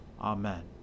Amen